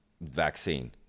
vaccine